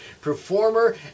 performer